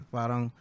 parang